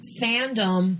fandom